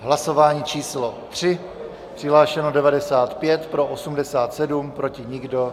Hlasování číslo 3, přihlášeno 95, pro 87, proti nikdo.